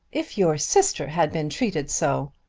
if your sister had been treated so!